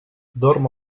dorm